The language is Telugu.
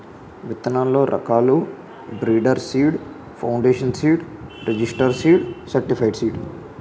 విత్తనాల్లో రకాలు breeder seed, foundation seed, registered seed, certified seed